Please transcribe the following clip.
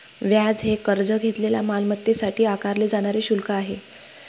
व्याज हे कर्ज घेतलेल्या मालमत्तेसाठी आकारले जाणारे शुल्क आहे